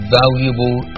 valuable